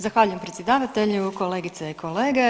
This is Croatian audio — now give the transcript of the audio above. Zahvaljujem predsjedavatelju, kolegice i kolege.